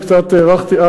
אם קצת הארכתי,